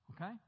Okay